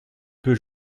peut